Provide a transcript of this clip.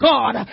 God